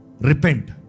repent